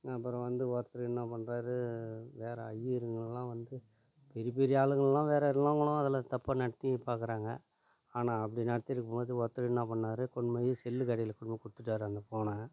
அப்புறம் வந்து ஒருத்தரு என்ன பண்ணுறாரு வேற ஐயருங்கள்லாம் வந்து பெரிய பெரிய ஆளுங்கள்லாம் வேற எல்லாம் வேணுணா தப்ப நடத்தி பார்க்குறாங்க ஆனால் அப்படி நடத்திட்டுருக்கும்போது ஒருத்தர் என்ன பண்ணாரு கொண்டு போய் செல்லுக் கடையில் கொண்டு போய் கொடுத்துட்டாரு அந்த ஃபோனை